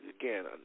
again